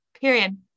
Period